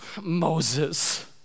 Moses